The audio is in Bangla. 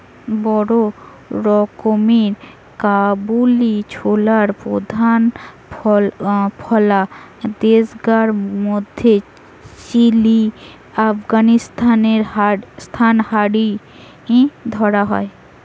বড় রকমের কাবুলি ছোলার প্রধান ফলা দেশগার মধ্যে চিলি, আফগানিস্তান হারি ধরা হয়